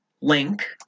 link